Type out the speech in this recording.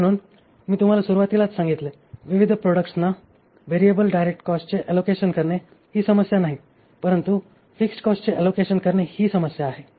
म्हणून मी तुम्हाला सुरुवातीलाच सांगितले विविध प्रॉडक्ट्स ना व्हेरिएबल डायरेक्ट कॉस्ट चे अलोकेशन करणे ही समस्या नाही परंतु फिक्स्ड कॉस्टचे अलोकेशन करणे ही एक समस्या आहे